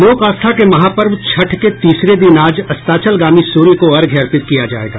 लोक आस्था के महापर्व छठ के तीसरे दिन आज अस्ताचलगामी सूर्य को अर्घ्य अर्पित किया जायेगा